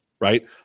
right